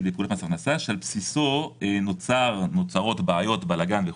בפקודת מס הכנסה שבבסיסו נוצרות בעיות ובלגן.